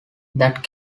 that